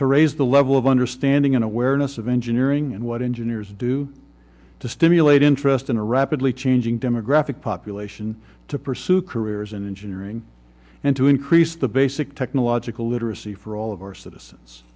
to raise the level of understanding and awareness of engineering and what engineers do to stimulate interest in a rapidly changing demographic population to pursue careers in engineering and to increase the basic technological literacy for all of our citizens